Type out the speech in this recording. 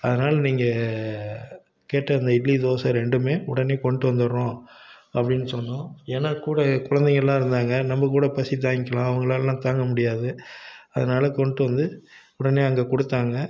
அதனால நீங்கள் கேட்ட அந்த இட்லி தோசை ரெண்டுமே உடனே கொண்டு வந்துடுறோம் அப்படின்னு சொன்னோம் ஏன்னால் கூட குழந்தைங்கெல்லாம் இருந்தாங்க நம்ம கூட பசி தாங்கிக்கலாம் அவங்களாலெலாம் தாங்க முடியாது அதனால கொண்டு வந்து உடனே அங்கே கொடுத்தாங்க